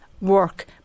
work